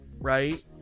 right